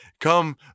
Come